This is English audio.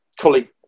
colleague